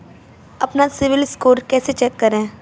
अपना सिबिल स्कोर कैसे चेक करें?